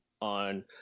on